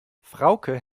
frauke